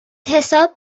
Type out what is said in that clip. حساب